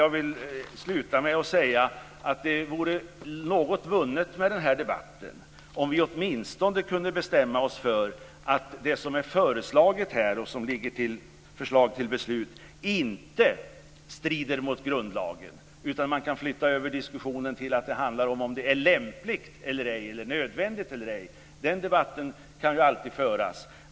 Jag vill sluta med att säga att det vore något vunnet med den här debatten om vi åtminstone kunde bestämma oss för att det som är föreslaget här, och som ligger som förslag till beslut, inte strider mot grundlagen utan att man kan flytta över diskussionen till att handla om huruvida det är lämpligt och nödvändigt eller ej. Den debatten kan ju alltid föras.